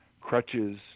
crutches